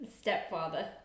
stepfather